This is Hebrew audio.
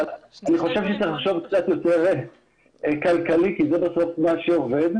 אבל אני חושב שצריך לחשוב קצת יותר כלכלית כי זה בסוף מה שעובד.